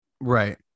Right